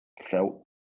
Felt